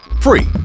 free